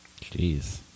Jeez